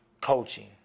coaching